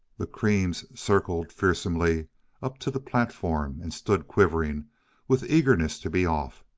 the creams circled fearsomely up to the platform and stood quivering with eagerness to be off,